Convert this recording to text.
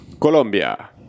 Colombia